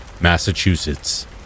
Massachusetts